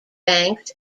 banks